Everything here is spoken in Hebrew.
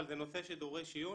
אבל זה נושא שדורש עיון.